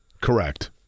Correct